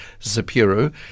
Zapiro